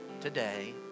today